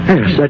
Yes